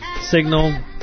signal